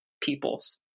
peoples